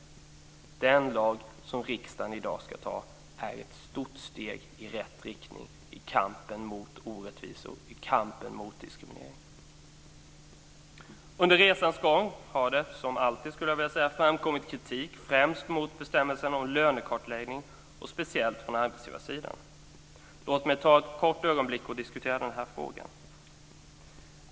Den lag som riksdagen i dag ska anta är ett stort steg i rätt riktning i kampen mot orättvisor och mot diskriminering. Under resans gång har det, som alltid skulle jag vilja säga, framkommit kritik, främst mot bestämmelsen om lönekartläggning och speciellt från arbetsgivarsidan. Låt mig ta ett kort ögonblick för att diskutera den här frågan.